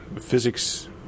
physics